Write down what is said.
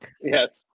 Yes